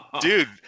Dude